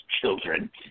children